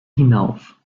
hinauf